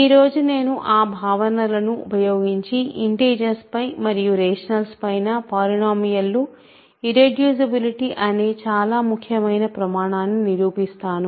ఈ రోజు నేను ఆ భావన లను ఉపయోగించి ఇంటిజర్స్ పై మరియు రేషనల్స్ పైన పాలినోమియల్ లు ఇర్రెడ్యూసిబులిటీ అనే ఒక చాలా ముఖ్యమైన ప్రమాణాన్ని నిరూపిస్తాను